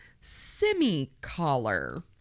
semi-collar